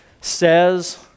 says